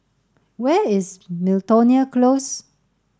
where is Miltonia Close